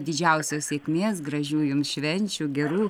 didžiausios sėkmės gražių jums švenčių gerų